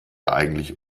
eigentlich